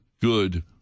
good